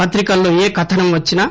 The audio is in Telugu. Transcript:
పత్రికల్లో ఏ కథనం వచ్చినా